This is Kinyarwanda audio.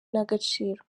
n’agaciro